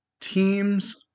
teams